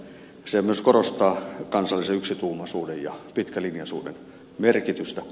se myös korostaa kansallisen yksituumaisuuden ja pitkälinjaisuuden merkitystä